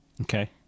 Okay